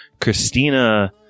Christina